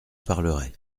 parlerai